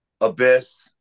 Abyss